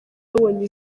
yabonye